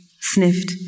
sniffed